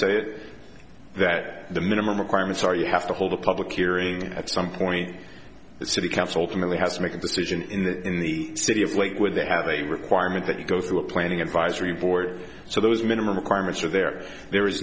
say it that the minimum requirements are you have to hold a public hearing at some point the city council to me has to make a decision in the in the city of lake where they have a requirement that you go through a planning advisory board so those minimum requirements are there there is